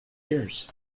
years